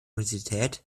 universität